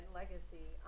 legacy